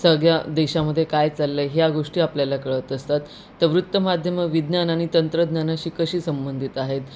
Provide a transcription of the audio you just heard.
सगळ्या देशामध्ये काय चाललं आहे ह्या गोष्टी आपल्याला कळत असतात तर वृत्तमाध्यम विज्ञान आणि तंत्रज्ञानाशी कशी संबंधित आहेत